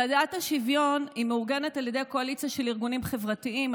צעדת השוויון מאורגנת על ידי קואליציה של ארגונים חברתיים,